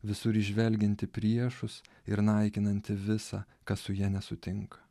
visur įžvelgianti priešus ir naikinanti visa kas su ja nesutinka